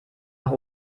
nach